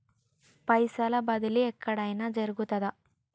పైసల బదిలీ ఎక్కడయిన జరుగుతదా?